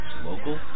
local